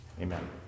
Amen